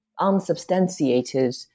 unsubstantiated